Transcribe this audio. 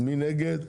מי נגד?